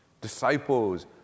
Disciples